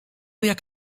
jak